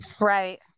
Right